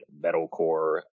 metalcore